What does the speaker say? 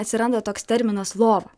atsiranda toks terminas lova